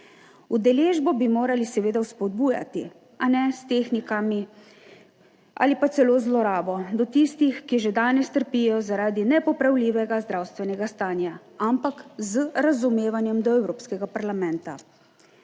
Udeležbo bi morali seveda spodbujati, a ne s tehnikami ali pa celo z zlorabo do tistih, ki že danes trpijo zaradi nepopravljivega zdravstvenega stanja, ampak z razumevanjem do Evropskega parlamenta.